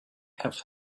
have